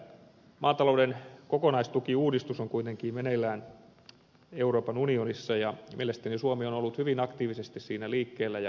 maatalouden kokonaistukiuudistus on kuitenkin meneillään euroopan unionissa ja mielestäni suomi on ollut hyvin aktiivisesti siinä liikkeellä ja hereillä